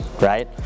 right